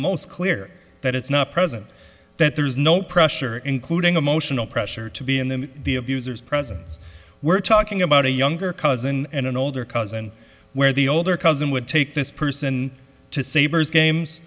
most clear that it's not present that there is no pressure including emotional pressure to be in the abuser's presence we're talking about a younger cousin and an older cousin where the older cousin would take this person to sabre's